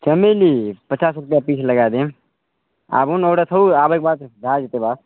चमेली पचास रुपैआ पीस लगा देब आबू ने ऑर्डर तऽ ओ आबयके बाद भए जेतै बात